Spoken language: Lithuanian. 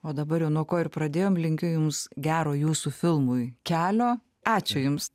o dabar jau nuo ko ir pradėjom linkiu jums gero jūsų filmui kelio ačiū jums